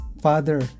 father